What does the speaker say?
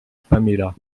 paméla